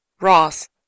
Ross